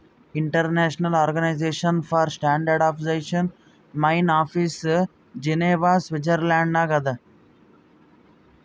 international organisation for standardisation main office Geneva Switzerland ನಾಗ್ ಅದಾ